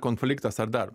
konfliktas ar dar